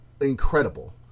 incredible